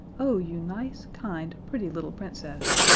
oh, you nice, kind, pretty little princess.